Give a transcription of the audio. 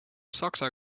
saksa